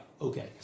Okay